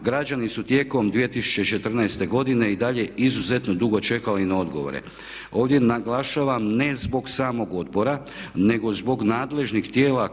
građani su tijekom 2014. godine i dalje izuzetno dugo čekali na odgovore. Ovdje naglašavam ne zbog samog odbora nego zbog nadležnih tijela